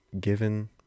given